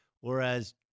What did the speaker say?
whereas